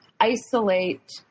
isolate